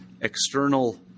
external